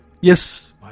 yes